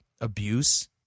abuse